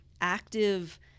active